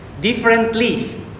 differently